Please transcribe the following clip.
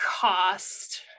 cost